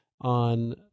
on